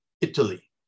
italy